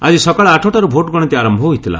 ଆଜି ସକାଳ ଆଠଟାରୁ ଭୋଟ୍ ଗଣତି ଆରମ୍ଭ ହୋଇଥିଲା